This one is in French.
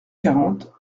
quarante